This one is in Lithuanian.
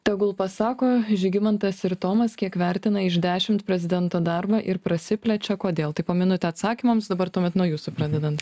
tegul pasako žygimantas ir tomas kiek vertina iš dešimt prezidento darbą ir prasiplečia kodėl tai po minutę atsakymams dabar tuomet nuo jūsų pradedant